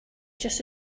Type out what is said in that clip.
just